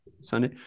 Sunday